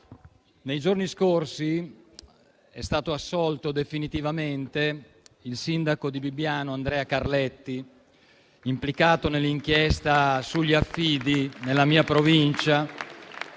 nei giorni scorsi è stato assolto definitivamente il sindaco di Bibbiano Andrea Carletti, implicato nell'inchiesta sugli affidi nella mia Provincia,